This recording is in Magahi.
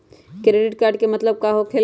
क्रेडिट कार्ड के मतलब का होकेला?